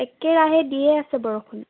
একেৰাহে দিয়ে আছে বৰষুণ